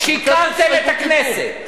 שיקרתם לכנסת.